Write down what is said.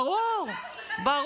ברור.